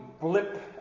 blip